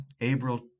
April